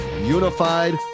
unified